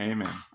Amen